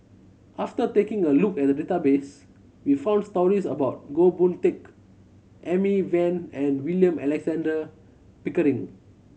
after taking a look at the database we found stories about Goh Boon Teck Amy Van and William Alexander Pickering